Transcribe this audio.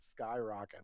skyrocketing